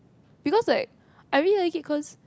because like I mean like it cause